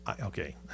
Okay